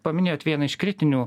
paminėjot vieną iš kritinių